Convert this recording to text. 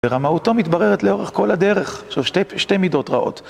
ורמאותו מתבררת לאורך כל הדרך, שזה שתי מידות רעות.